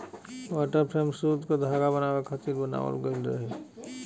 water frame सूत क धागा बनावे खातिर बनावल गइल रहे